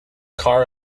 car